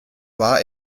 war